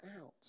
out